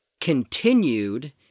continued